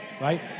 Right